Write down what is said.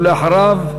ולאחריו,